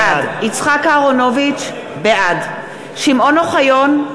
בעד יצחק אהרונוביץ, בעד שמעון אוחיון,